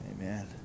Amen